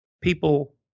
people